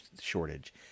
shortage